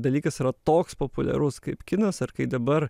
dalykas yra toks populiarus kaip kinas ar kai dabar